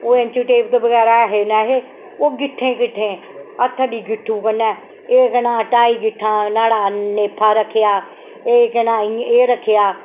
ओह् एंचीटेप दे बगैरा ऐ नेहे ओह् गिट्ठें गिट्ठें हत्थ गी गिट्ठू कन्नै एह् केह् नांऽ ढाई गिट्ठां न्हाड़ा नेथा रक्खेआ एह् केह् नांऽ एह् रक्खेआ